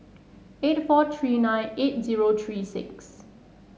eight four three nine eight zero three six